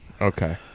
Okay